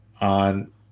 on